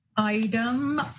item